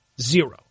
Zero